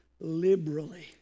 liberally